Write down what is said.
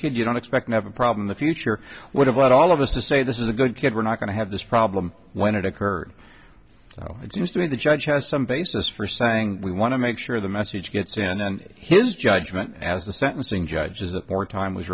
kid you don't expect to have a problem the future what about all of us to say this is a good kid we're not going to have this problem when it occurred so it seems to me the judge has some basis for saying we want to make sure the message gets in and his judgment as the sentencing judge is that more time was